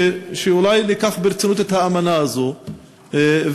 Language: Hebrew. שאולי ניקח ברצינות את האמנה הזאת ונבחן,